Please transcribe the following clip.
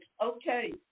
okay